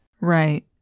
Right